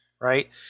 right